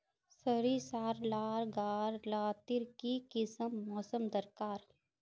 सरिसार ला गार लात्तिर की किसम मौसम दरकार?